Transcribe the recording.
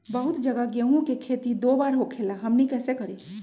बहुत जगह गेंहू के खेती दो बार होखेला हमनी कैसे करी?